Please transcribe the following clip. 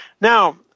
Now